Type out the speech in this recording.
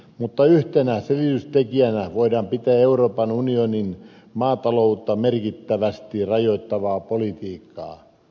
mutta yhtenä selitystekijänä voidaan pitää euroopan unionin maataloutta merkittävästi rajoittavaa politiikkaa